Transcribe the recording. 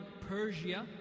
Persia